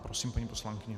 Prosím, paní poslankyně.